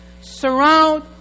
Surround